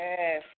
Yes